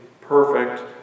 perfect